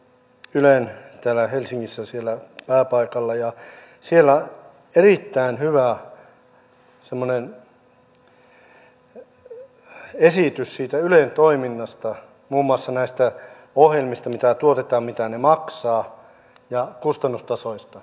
sitten oltiin täällä helsingissä siellä ylen pääpaikalla ja siellä oli erittäin hyvä esitys siitä ylen toiminnasta muun muassa näistä ohjelmista mitä tuotetaan mitä ne maksavat ja kustannustasoista